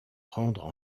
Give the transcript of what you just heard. rendre